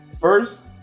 first